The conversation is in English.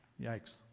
Yikes